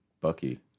Bucky